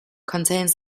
contains